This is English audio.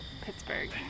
Pittsburgh